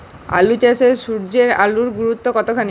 আলু চাষে সূর্যের আলোর গুরুত্ব কতখানি?